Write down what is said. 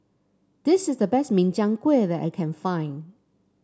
this is the best Min Chiang Kueh that I can find